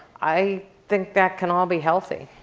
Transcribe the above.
i think that can all be healthy.